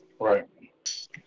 Right